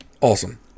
Awesome